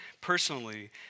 personally